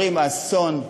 חברים, האסון,